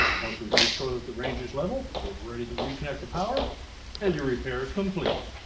once we've made sure the range is leveled, we're ready to reconnect the power and your repair is complete.